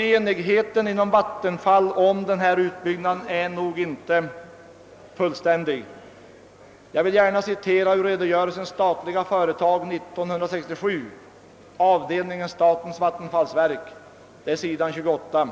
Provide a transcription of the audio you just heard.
Enigheten inom Vattenfall om denna utbyggnad är nog inte fullständig. Jag vill gärna citera ur redogörelsen »Statliga företag» 1967, avdelningen statens vattenfallsverk, sid. 28: